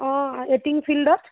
অঁ এটিং ফিল্ডত